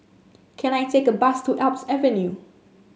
can I take a bus to Alps Avenue